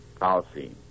policy